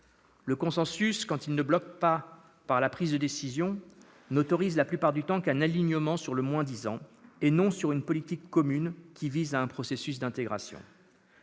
le consensus, quand il ne bloque pas la prise de décision, n'autorise la plupart du temps qu'un alignement sur le moins-disant, ne permet pas une politique commune visant un processus d'intégration.